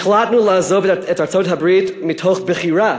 החלטנו לעזוב את ארצות-הברית מתוך בחירה